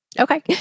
Okay